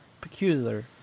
peculiar